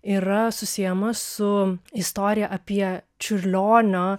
yra susiejama su istorija apie čiurlionio